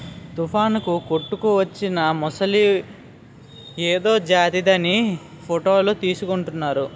తుఫానుకు కొట్టుకువచ్చిన మొసలి ఏదో జాతిదని ఫోటోలు తీసుకుంటున్నారు